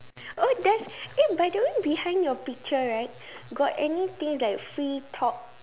oh that's eh by the way behind your picture right got anything like free talk